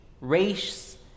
race